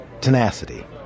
tenacity